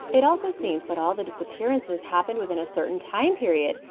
it also seems that all the disappearances happened within a certain time period,